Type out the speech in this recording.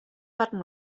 button